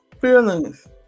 feelings